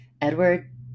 Edward